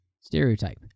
stereotype